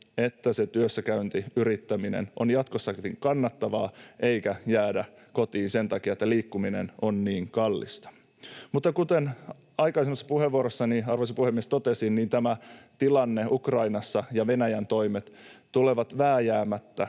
että työssäkäynti ja yrittäminen on jatkossakin kannattavaa eikä jäädä kotiin sen takia, että liikkuminen on niin kallista. Mutta kuten aikaisemmassa puheenvuorossani, arvoisa puhemies, totesin, tämä tilanne Ukrainassa ja Venäjän toimet tulevat vääjäämättä